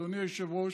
אדוני היושב-ראש.